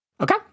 Okay